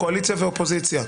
קואליציה ואופוזיציה,